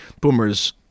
Boomer's